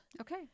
Okay